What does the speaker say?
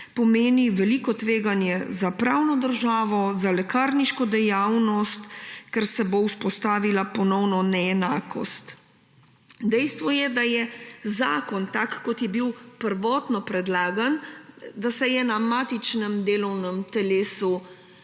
pomeni veliko tveganje za pravno državo, za lekarniško dejavnost, ker se bo ponovno vzpostavila neenakost. Dejstvo je, da se je zakon, kot je bil prvotno predlagan, na matičnem delovnem telesu,